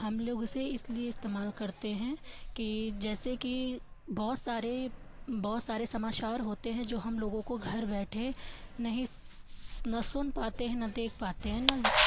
हम लोग इसे इसलिए इस्तेमाल करते हैं कि जैसे कि बहुत सारे बहुत सारे समाचार होते हैं जो हम लोग को घर बैठे नहीं न सुन पाते हैं न देख पाते हैं न